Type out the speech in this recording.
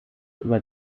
über